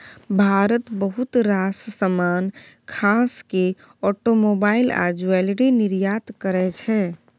भारत बहुत रास समान खास केँ आटोमोबाइल आ ज्वैलरी निर्यात करय छै